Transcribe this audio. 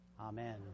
Amen